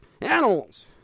animals